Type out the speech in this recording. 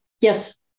Yes